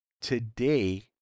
today